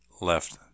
left